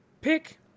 pick